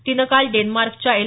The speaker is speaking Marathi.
तिनं काल डेन्मार्कच्या एल